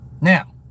now